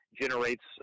generates